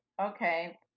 okay